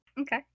Okay